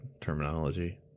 terminology